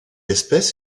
espèce